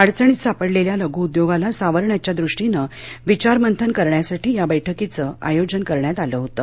अडचणीत सापडलेल्या लघुउद्योगाला सावरण्याच्या दृष्टीनं विचारमंथन करण्यासाठी या बैठकीच आयोजन करण्यात आलं होतं